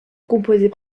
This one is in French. composées